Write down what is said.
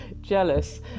jealous